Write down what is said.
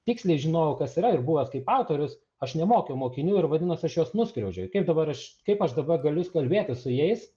tiksliai žinojau kas yra ir buvęs kaip autorius aš nemokiau mokinių ir vadinas aš juos nuskriaudžiau kaip dabar aš kaip aš dabar galiu kalbėtis su jais